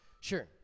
Sure